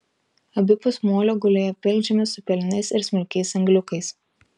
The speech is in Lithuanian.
abipus molio gulėjo pilkžemis su pelenais ir smulkiais angliukais